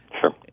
Sure